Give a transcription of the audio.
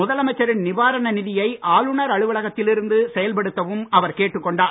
முதலமைச்சரின் நிவாரண நிதியை ஆளுனர் அலுவலகத்தில் இருந்து செயல்படுத்தவும் அவர் கேட்டுக்கொண்டார்